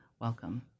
welcome